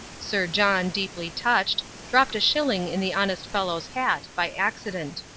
sir john, deeply touched, dropped a shilling in the honest fellow's hat, by accident.